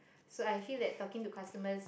so I feel that talking to customers